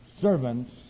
Servants